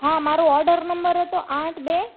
હા મારો order number હતો આઠ બે